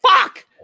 Fuck